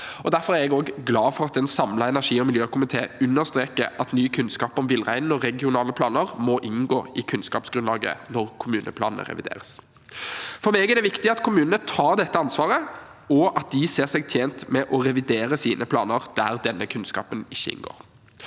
2024 jeg glad for at en samlet energi- og miljøkomité understreker at ny kunnskap om villreinen og regionale planer må inngå i kunnskapsgrunnlaget når kommuneplanene revideres. For meg er det viktig at kommunene tar dette ansvaret, og at de ser seg tjent med å revidere sine planer der denne kunnskapen ikke inngår.